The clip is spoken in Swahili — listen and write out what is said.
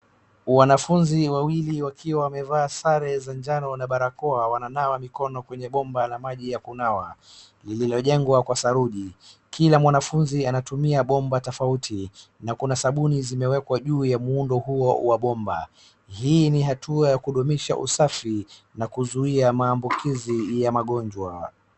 Wanafunzi wawili wakiwa wamevaa sare za njano na barakoa wananawa mikono kwenye bomba la maji ya kunawa lililojengwa kwa saruji. Kila mwanafunzi anatumia bomba tofauti na kuna sabuni zimeekwa juu ya muundo huo wa bomba. Hii ni hatua ya kudumisha usafi na kuzuia mambukizi ya magonjwa.